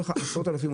פנו אליך עשרות אלפים,